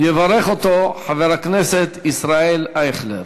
יברך אותו חבר הכנסת ישראל אייכלר.